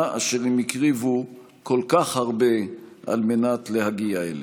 אשר הם הקריבו כל כך הרבה כדי להגיע אליה.